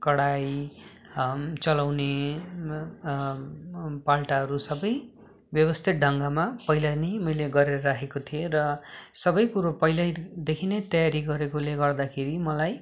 कराही चलाउने बाल्टीहरू सबै व्यवस्थित ढङ्गमा पहिला नै मैले गरेर राखेको थिएँ र सबै कुरो पहिलादेखि नै तयारी गरेकाले गर्दाखेरि मलाई